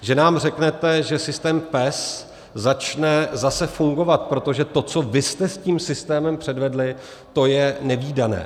Že nám řeknete, že systém PES začne zase fungovat, protože to, co vy jste s tím systémem převedli, to je nevídané.